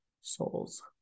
soul's